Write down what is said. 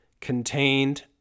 contained